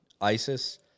ISIS